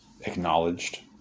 acknowledged